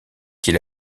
qu’il